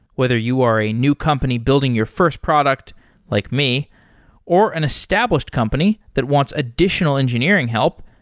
whether you are a new company building your first product like me or, an established company that wants additional engineering help,